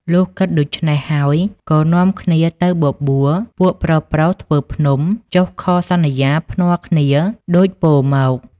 លុះគិតដូចេ្នះហើយ ក៏នាំគ្នាទៅបបួល ពួកប្រុសៗធ្វើភ្នំ ចុះខសន្យាភ្នាល់គ្នាដូចពោលមក